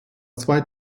zwei